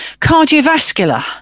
Cardiovascular